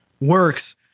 works